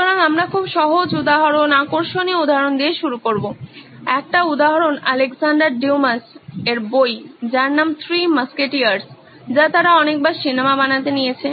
সুতরাং আমরা খুব সহজ উদাহরণ আকর্ষণীয় উদাহরণ দিয়ে শুরু করবো একটা উদাহরণ আলেকজান্ডার ডিউমাস এর বই যার নাম থ্রি মাস্কেটিয়ার্সthree musketeers যা তারা অনেকবার সিনেমা বানাতে নিয়েছে